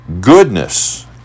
Goodness